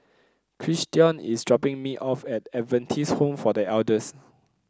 Christion is dropping me off at Adventist Home for The Elders